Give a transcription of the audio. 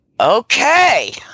okay